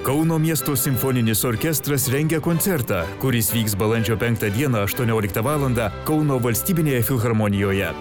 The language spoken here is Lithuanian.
kauno miesto simfoninis orkestras rengia koncertą kuris vyks balandžio penktą dieną aštuonioliktą valandą kauno valstybinėje filharmonijoje